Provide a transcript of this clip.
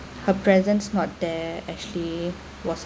her presence not there actually was